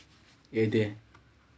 எது:ethu